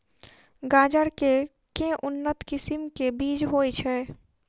गाजर केँ के उन्नत किसिम केँ बीज होइ छैय?